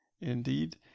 Indeed